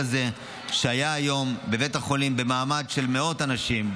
שהיה היום בבית החולים במעמד של מאות אנשים,